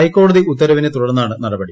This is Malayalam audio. ഹൈക്കോടതി ഉത്തരവിനെ തുടർന്നാണ് നടപടി